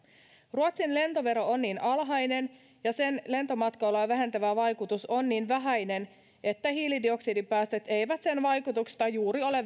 ruotsin lentovero on niin alhainen ja sen lentomatkailua vähentävä vaikutus on niin vähäinen että hiilidioksidipäästöt eivät sen vaikutuksesta juuri ole